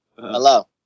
Hello